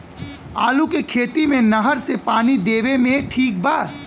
आलू के खेती मे नहर से पानी देवे मे ठीक बा?